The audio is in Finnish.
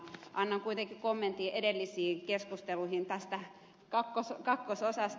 annan kuitenkin kommentin edellisiin keskusteluihin tästä kakkososasta